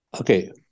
Okay